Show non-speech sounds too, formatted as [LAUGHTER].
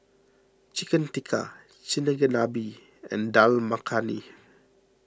Chicken Tikka [UNINTELLIGIBLE] and Dal Makhani